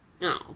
No